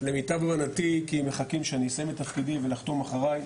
למיטב הבנתי כי מחכים שאני אסיים את תפקידי ולחתום אחריי,